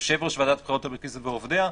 יושב-ראש ועדת הבחירות המרכזית ועובדיה.